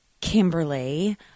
Kimberly